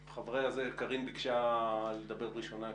קארין ביקשה לדבר ראשונה כי,